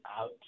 out